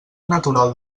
natural